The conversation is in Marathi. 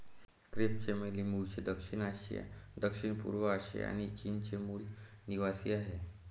क्रेप चमेली मूळचे दक्षिण आशिया, दक्षिणपूर्व आशिया आणि चीनचे मूल निवासीआहे